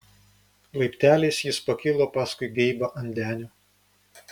laipteliais ji pakilo paskui geibą ant denio